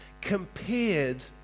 compared